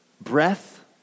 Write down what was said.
breath